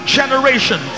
generation